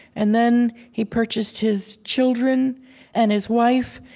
and then he purchased his children and his wife,